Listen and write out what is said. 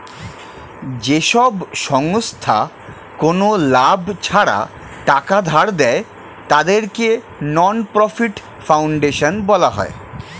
যেসব সংস্থা কোনো লাভ ছাড়া টাকা ধার দেয়, তাদেরকে নন প্রফিট ফাউন্ডেশন বলা হয়